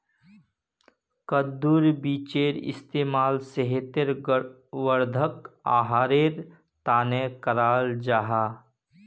कद्दुर बीजेर इस्तेमाल सेहत वर्धक आहारेर तने कराल जाहा